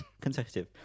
consecutive